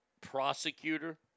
prosecutor